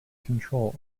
control